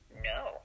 No